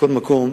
מכל מקום,